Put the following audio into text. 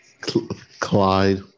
Clyde